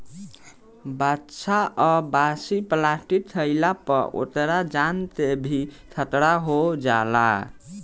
बाछा आ बाछी प्लास्टिक खाइला पर ओकरा जान के भी खतरा हो जाला